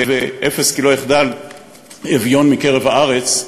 ואפס כי לא יחדל אביון מקרב הארץ,